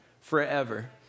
forever